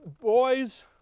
boys